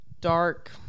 dark